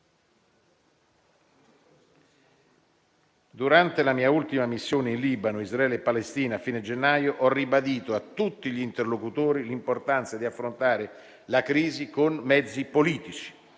Durante la mia ultima missione in Libano, Israele e Palestina, a fine gennaio, ho ribadito a tutti gli interlocutori l'importanza di affrontare la crisi con mezzi politici.